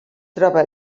troba